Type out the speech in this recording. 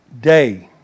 day